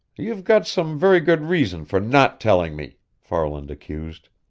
you've got some very good reason for not telling me! farland accused.